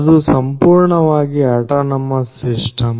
ಅದು ಸಂಪೂರ್ಣವಾಗಿ autonomous system